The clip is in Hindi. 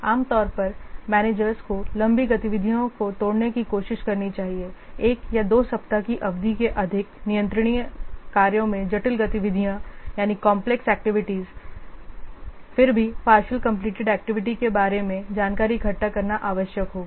आम तौर पर मैनेजरस को लंबी गतिविधियों को तोड़ने की कोशिश करनी चाहिए 1 या 2 सप्ताह की अवधि के अधिक नियंत्रणीय कार्यों में कॉन्प्लेक्स एक्टिविटीज फिर भी पार्षइल कंप्लीटेड एक्टिविटी के बारे में जानकारी इकट्ठा करना आवश्यक होगा